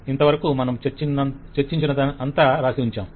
ఇంతవరకు మనం చర్చించినదంతా రాసి ఉంచాము